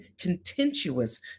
contentious